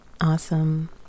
awesome